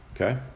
Okay